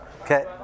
Okay